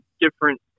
different